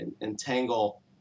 entangle